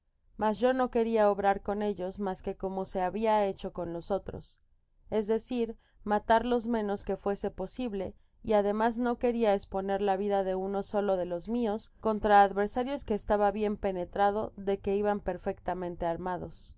yo no queria obrar con ellos mas que como se habia hecho con los otros es decir matar los menos que fuese posible y ademas no queria esponer la vida de uno solo de los mios contra adversarios que estaba bien penetrado de que iban perfectamente armados